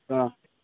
हाँ